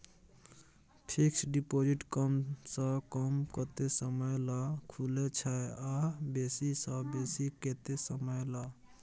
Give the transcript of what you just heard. Fixed deposit कम स कम कत्ते समय ल खुले छै आ बेसी स बेसी केत्ते समय ल?